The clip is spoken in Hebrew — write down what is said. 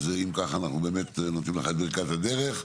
אם כך, אנחנו באמת נותנים לך את ברכת הדרך.